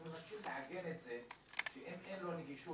אנחנו מבקשים לעגן את זה, שאם אין לו נגישות